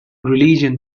religion